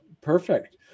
Perfect